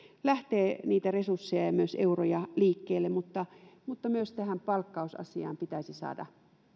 lähtee niitä resursseja ja myös euroja liikkeelle mutta mutta myös tähän palkkausasiaan pitäisi saada